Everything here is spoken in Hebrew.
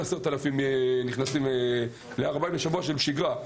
10,000 נכנסים להר הבית בשבוע של שגרה,